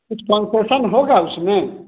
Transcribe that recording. कुछ कंसेशन होगा उसमें